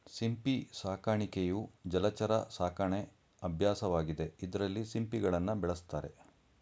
ಸಿಂಪಿ ಸಾಕಾಣಿಕೆಯು ಜಲಚರ ಸಾಕಣೆ ಅಭ್ಯಾಸವಾಗಿದೆ ಇದ್ರಲ್ಲಿ ಸಿಂಪಿಗಳನ್ನ ಬೆಳೆಸ್ತಾರೆ